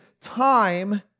time